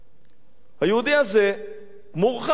היהודי הזה מורחק מהר-הבית.